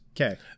Okay